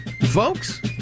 folks